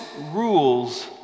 rules